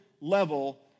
level